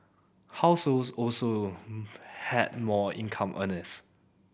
households also had more income earners